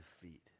defeat